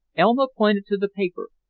elma pointed to the paper,